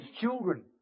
children